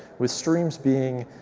with streams being